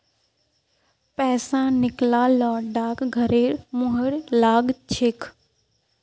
पैसा निकला ल डाकघरेर मुहर लाग छेक